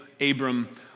Abram